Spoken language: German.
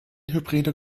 hybride